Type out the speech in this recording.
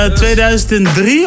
2003